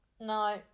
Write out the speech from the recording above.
No